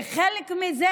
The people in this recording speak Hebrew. וכחלק מזה,